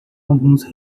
alguns